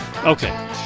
Okay